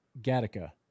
Gattaca